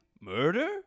Murder